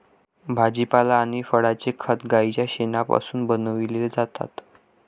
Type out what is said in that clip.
भाजीपाला आणि फळांचे खत गाईच्या शेणापासून बनविलेले जातात